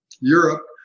Europe